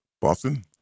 Boston